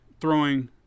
throwing